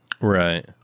Right